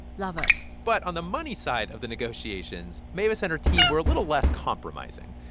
love it but on the money side of the negotiations, mavis and her team were a little less compromising.